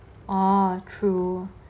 orh true